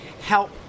help